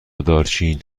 دارچین